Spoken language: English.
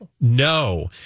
No